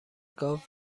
گاو